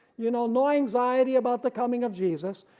you know no anxiety about the coming of jesus.